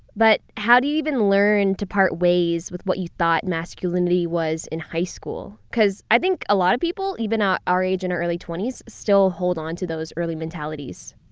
but, how do you even learn to part ways with what you thought masculinity was in high school? because i think a lot of people, even at our age and early twenty s, still hold on to those early mentalities.